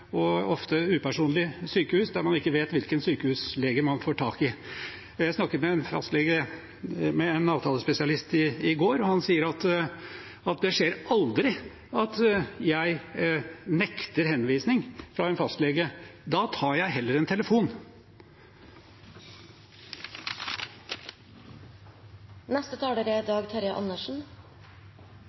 ofte upersonlig sykehus der man ikke vet hvilken sykehuslege man får tak i. Jeg snakket med en avtalespesialist i går, og han sa: Det skjer aldri at jeg nekter henvisning fra en fastlege. Da tar jeg heller en telefon. Bare noen få tilleggskommentarer, etter først å ha sluttet meg til saksordførerens presentasjon av det som det er